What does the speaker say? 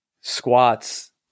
squats